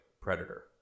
predator